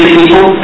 people